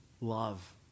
love